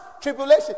tribulation